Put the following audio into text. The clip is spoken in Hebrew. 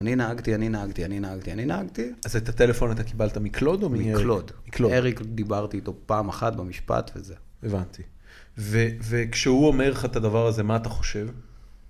אני נהגתי, אני נהגתי, אני נהגתי, אני נהגתי. אז את הטלפון אתה קיבלת מקלוד או מ... מקלוד. אריק, דיברתי איתו פעם אחת במשפט וזה. הבנתי. וכשהוא אומר לך את הדבר הזה, מה אתה חושב?